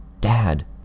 Dad